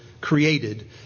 created